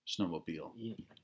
Snowmobile